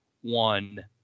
one